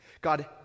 God